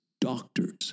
doctors